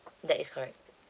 that is correct